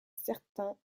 certain